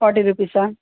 forty రూపీసా